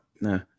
no